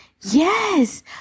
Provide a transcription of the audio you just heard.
Yes